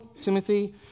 Timothy